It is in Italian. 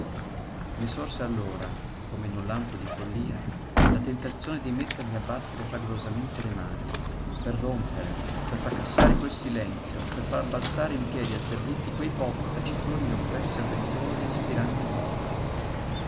i sorse allora come in un lampo di follia la tentazione di mettermi a battere fragorosamente le mani per rompere per fracassare quel silenzio per far balzare in piedi atterriti quei pochi taciturni oppressi avventori aspiranti morti